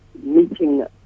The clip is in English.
meeting